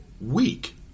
week